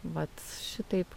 vat šitaip